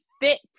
fit